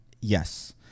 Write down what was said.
Yes